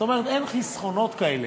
כלומר אין חסכונות כאלה,